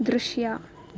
ದೃಶ್ಯ